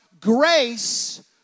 grace